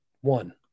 One